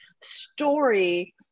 story